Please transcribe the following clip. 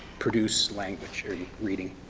produce language or yeah reading.